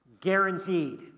guaranteed